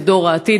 זה דור העתיד,